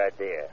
idea